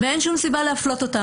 ואין שום סיבה להפלות אותן.